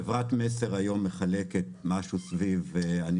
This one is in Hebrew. חברת מסר היום מחלקת משהו סביב אני